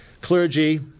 Clergy